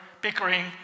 bickering